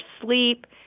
sleep